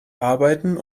arbeiten